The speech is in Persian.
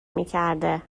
میکرده